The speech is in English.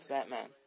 Batman